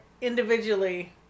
individually